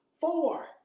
Four